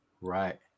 Right